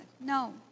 No